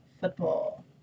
football